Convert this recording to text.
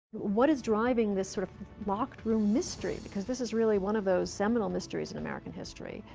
what is driving this sort of locked room mystery? because this is really one of those seminal mysteries in american history.